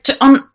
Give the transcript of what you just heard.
on